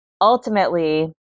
ultimately